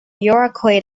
uruguay